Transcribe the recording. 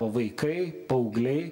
o vaikai paaugliai